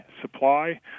supply